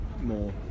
more